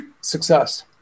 success